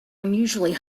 unusually